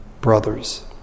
brothers